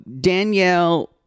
Danielle